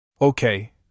Okay